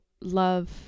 love